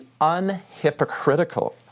unhypocritical